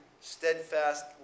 steadfast